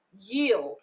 yield